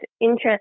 interest